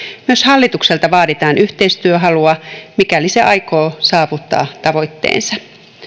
myös hallitukselta vaaditaan yhteistyöhalua mikäli se aikoo saavuttaa tavoitteensa